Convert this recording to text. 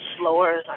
slower